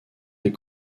des